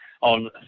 on